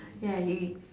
ya you